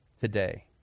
today